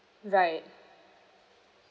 right